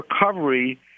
recovery